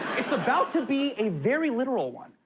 it's about to be a very literal one.